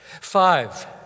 Five